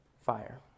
fire